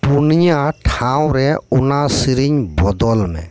ᱯᱩᱱᱭᱟ ᱴᱷᱟᱶ ᱨᱮ ᱚᱱᱟ ᱥᱮᱨᱮᱧ ᱵᱚᱫᱚᱞ ᱢᱮ